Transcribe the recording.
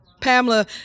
Pamela